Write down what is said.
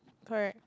correct